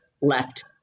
left